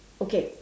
okay